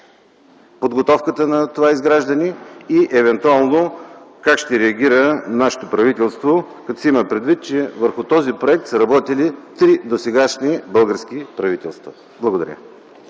подготовката на това изграждане? Евентуално как ще реагира нашето правителство, като се има предвид, че върху този проект са работили три досегашни български правителства?